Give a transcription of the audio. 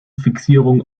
fixierung